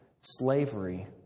slavery